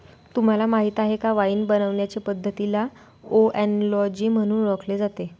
तुम्हाला माहीत आहे का वाइन बनवण्याचे पद्धतीला ओएनोलॉजी म्हणून ओळखले जाते